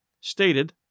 stated